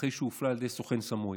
אחרי שהופלל על ידי סוכן סמוי.